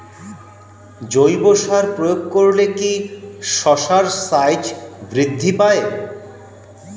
জৈব সার প্রয়োগ করলে কি শশার সাইজ বৃদ্ধি পায়?